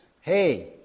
Hey